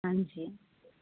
ਹਾਂਜੀ